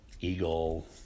eagle